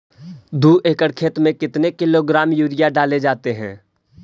दू एकड़ खेत में कितने किलोग्राम यूरिया डाले जाते हैं?